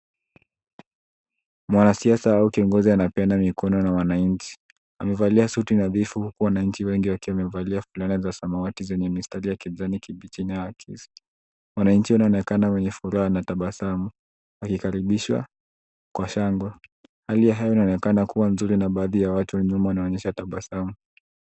Mwanasiasa au kiongozi anapeana mikono na wananchi. Amevalia suti nadhifu huku wananchi wengi wakiwa wamevalia fulana za samawati zenye mistari ya kijani kibichi inayoakisi. Wananchi wanaonekana wenye furaha na tabasamau wakikaribisha kwa shangwe. Hali ya hewa inaonekana kuwa nzuri na baadhi ya watu wa nyuma wanaonyesha tabasamu.